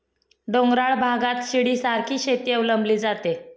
डोंगराळ भागात शिडीसारखी शेती अवलंबली जाते